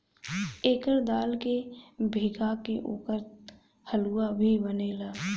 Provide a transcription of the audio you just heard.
एकर दाल के भीगा के ओकर हलुआ भी बनेला